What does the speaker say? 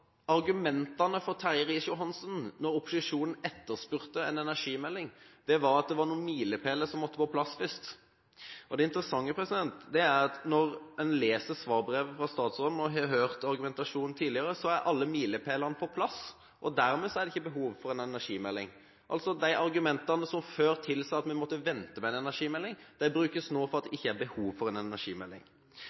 Argumentene til Terje Riis-Johansen da opposisjonen etterspurte en energimelding, var at det var noen milepæler som måtte på plass først. Det interessante er at når en leser svarbrevet fra statsråden og har hørt argumentasjonen tidligere, er alle milepælene på plass, og dermed er det ikke behov for en energimelding. Altså de argumentene som før tilsa at vi måtte vente med en energimelding, brukes nå for at det ikke er behov for en energimelding.